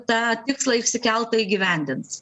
tą tikslą išsikeltą įgyvendins